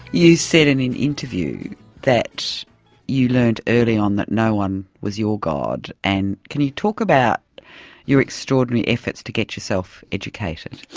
you said in an interview that you learned early on that no one was your god and. can you talk about your extraordinary efforts to get yourself educated?